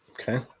Okay